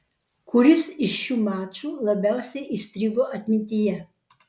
kuris iš šių mačų labiausiai įstrigo atmintyje